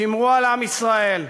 שִמרו על עם ישראל.